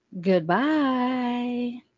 goodbye